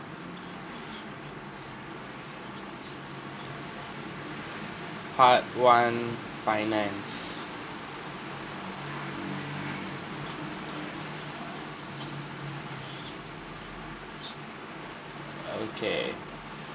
part one finance okay